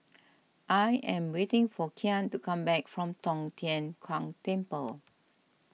I am waiting for Kyan to come back from Tong Tien Kung Temple